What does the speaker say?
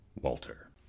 Walter